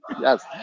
yes